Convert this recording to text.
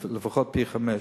לפחות פי-חמישה.